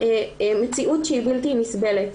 מציאות שהיא בלתי נסבלת.